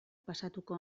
pasatuko